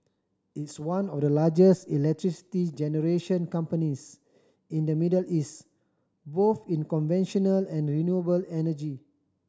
it's one of the largest electricity generation companies in the Middle East both in conventional and renewable energy